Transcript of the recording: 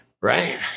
Right